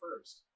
first